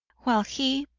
while he,